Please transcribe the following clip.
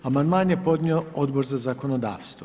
Amandman je podnio Odbor za zakonodavstvo.